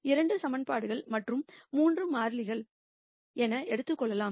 2 ஈகிவேஷன்கள் மற்றும் 3 வேரியபிள் என எடுத்துக்கொள்ளலாம்